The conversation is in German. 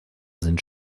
sind